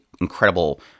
incredible